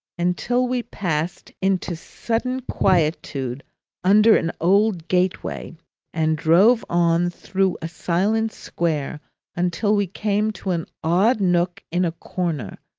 until we passed into sudden quietude under an old gateway and drove on through a silent square until we came to an odd nook in a corner,